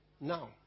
Now